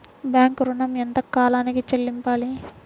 Bank ఋణం ఎంత కాలానికి చెల్లింపాలి?